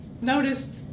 noticed